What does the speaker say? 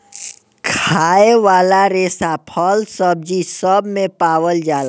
खाए वाला रेसा फल, सब्जी सब मे पावल जाला